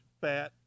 fat